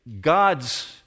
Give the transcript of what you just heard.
God's